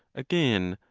again,